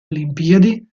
olimpiadi